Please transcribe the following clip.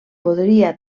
podria